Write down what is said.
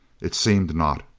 it seemed not.